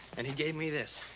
and he gave me this.